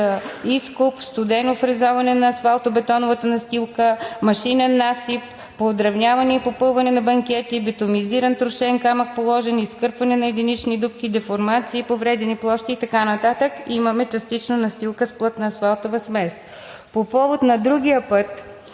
изкоп; студено фрезоване на асфалтобетоновата настилка; машинен насип; подравняване и попълване на банкети; положен битумизиран трошен камък; изкърпване на единични дупки; деформации; повредени площи и така нататък. Имаме частично настилка с плътна асфалтова смес. По повод на другия път